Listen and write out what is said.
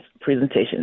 presentation